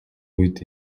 үед